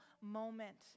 moment